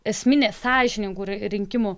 esminė sąžiningų rinkimų